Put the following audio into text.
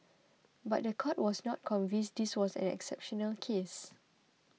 but the court was not convinced this was an exceptional case